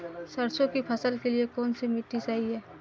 सरसों की फसल के लिए कौनसी मिट्टी सही हैं?